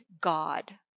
God